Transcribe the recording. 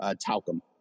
Talcum